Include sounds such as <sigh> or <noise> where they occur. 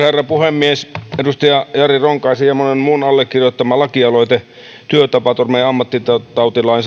<unintelligible> herra puhemies edustaja jari ronkaisen ja monen muun allekirjoittama lakialoite työtapaturma ja ammattitautilain <unintelligible>